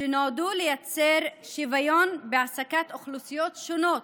שנועדו לייצר שוויון בהעסקת אוכלוסיות שונות,